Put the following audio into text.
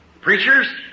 Preachers